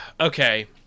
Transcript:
Okay